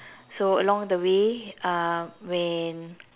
so along the way uh when